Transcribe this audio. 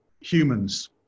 humans